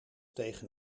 tegen